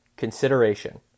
Consideration